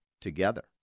together